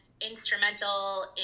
instrumental